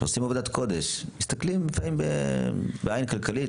שעושים עבודת קודש מסתכלים לפעמים בעין כלכלית,